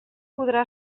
podrà